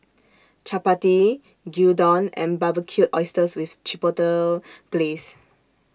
Chapati Gyudon and Barbecued Oysters with Chipotle Glaze